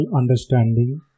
understanding